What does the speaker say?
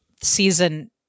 season